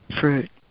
fruit